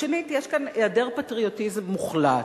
שנית, יש כאן היעדר פטריוטיזם מוחלט.